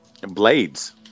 Blades